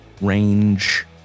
range